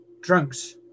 drunks